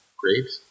grapes